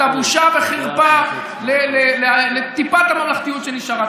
אתה בושה וחרפה לטיפת הממלכתיות שנשארה.